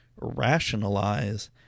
rationalize